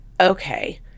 okay